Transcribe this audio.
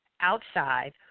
outside